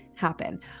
happen